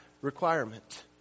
requirement